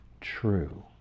true